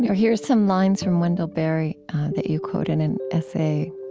here's some lines from wendell berry that you quote in an essay